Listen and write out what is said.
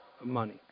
Money